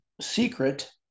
secret